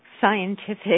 scientific